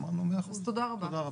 אמרנו, מאה אחוז, תודה רבה.